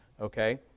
Okay